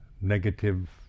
negative